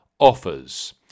offers